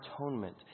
atonement